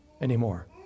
anymore